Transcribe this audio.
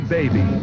Baby